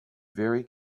very